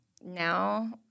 now